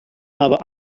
aber